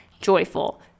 joyful